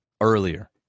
earlier